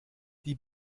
die